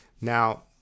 Now